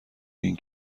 این